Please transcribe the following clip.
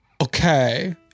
Okay